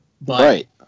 Right